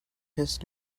his